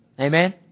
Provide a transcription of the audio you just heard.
Amen